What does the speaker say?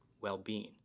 well-being